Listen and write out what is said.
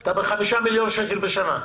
אתה בחמישה מיליון שקלים בשנה.